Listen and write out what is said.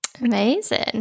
Amazing